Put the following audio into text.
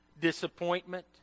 disappointment